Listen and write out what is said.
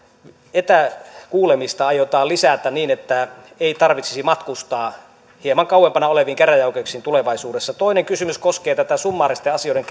etäkuulemista aiotaan lisätä niin että tulevaisuudessa ei tarvitsisi matkustaa hieman kauempana oleviin käräjäoikeuksiin toinen kysymys koskee tätä summaaristen asioiden